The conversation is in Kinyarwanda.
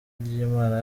ry’imana